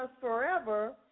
forever